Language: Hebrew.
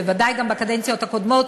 בוודאי גם בקדנציות הקודמות,